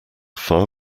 far